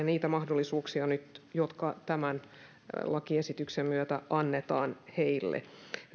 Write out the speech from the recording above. niitä mahdollisuuksia nyt jotka tämän lakiesityksen myötä annetaan heille